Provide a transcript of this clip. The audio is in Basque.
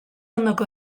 ondoko